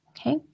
okay